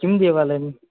किं देवालयं